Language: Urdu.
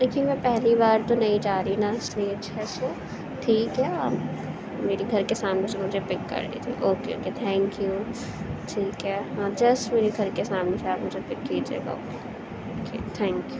دیکھیے میں پہلی بار تو نہیں جا رہی نا اس لیے چھ سو ٹھیک ہے آپ میری گھر کے سامنے سے مجھے پک کر لیجیے اوکے اوکے تھینک یو ٹھیک ہے ہاں جسٹ میرے گھر کے سامنے سے آپ مجھے پک کیجیے اوکے تھینک یو